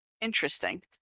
Interesting